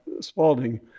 Spaulding